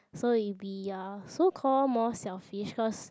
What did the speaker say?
so it be ya so called more selfish cause